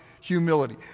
humility